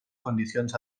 condicions